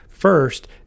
First